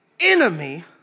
enemy